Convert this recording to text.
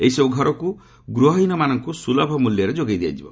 ଏହିସବୁ ଘରକୁ ଗୃହହୀନମାନଙ୍କୁ ଶୁଲଭ ମୂଲ୍ୟରେ ଯୋଗାଇ ଦିଆଯିବ